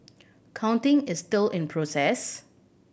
counting is still in process